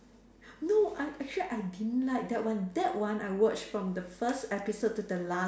no I actually I didn't like that one that one I watched from the first episode to the last